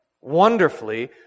Wonderfully